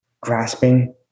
grasping